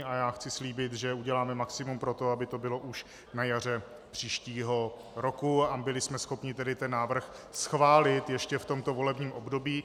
A já chci slíbit, že uděláme maximum pro to, aby to bylo už na jaře příštího roku a byli jsme schopni tedy ten návrh schválit ještě v tomto volebním období.